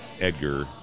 Edgar